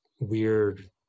weird